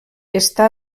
està